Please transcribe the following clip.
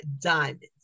Diamonds